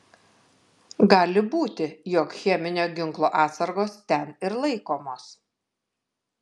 gali būti jog cheminio ginklo atsargos ten ir laikomos